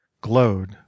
glowed